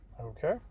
Okay